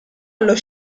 allo